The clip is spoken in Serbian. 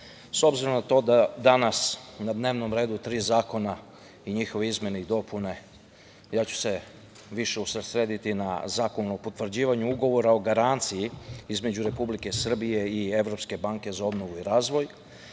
s obzirom na to da su danas na dnevnom redu tri zakona i njihove izmene i dopune, ja ću se više usredsrediti na Zakon o potvrđivanju Ugovora o garanciji između Republike Srbije i Evropske banke za obnovu i razvoj.